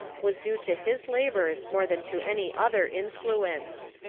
was due to his labors more than to any other influence.